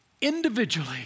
Individually